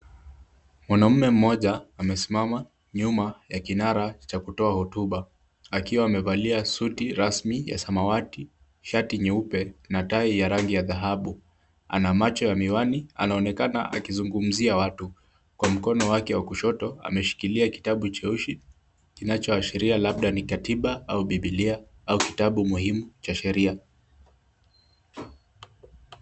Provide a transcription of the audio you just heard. Mwanaume mmoja amesimama nyuma ya kinara cha kutoa hotuba akiwa amevalia suti rasmi ya samawati, shati nyeupe na tai ya rangi ya dhahabu. Ana macho ya miwani. Anaonekana akizungumzia watu. Kwa mkono wake wa kushoto ameshikilia kitabu cheusi kinachoashiria labda ni katiba au bibilia au kitabu muhimu cha sheria.